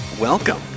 welcome